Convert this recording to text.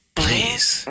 please